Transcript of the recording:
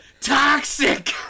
Toxic